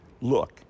look